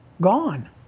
gone